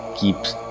keeps